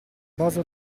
base